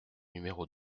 numéro